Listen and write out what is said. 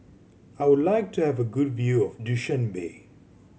I would like to have a good view of Dushanbe